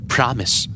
Promise